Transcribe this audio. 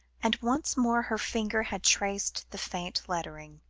and once more her fingers had traced the faint lettering,